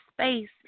space